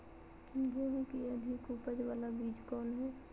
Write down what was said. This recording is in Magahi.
गेंहू की अधिक उपज बाला बीज कौन हैं?